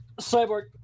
Cyborg